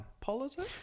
politics